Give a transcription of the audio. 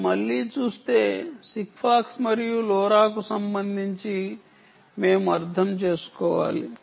మీరు మళ్ళీ చూస్తే సిగ్ఫాక్స్ మరియు లోరాకు సంబంధించి మేము అర్థం చేసుకోవాలి